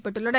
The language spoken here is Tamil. பெற்றுள்ளனர்